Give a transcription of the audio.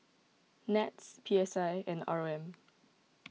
NETS P S I and R O M